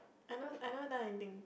I know I now I think